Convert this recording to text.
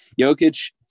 Jokic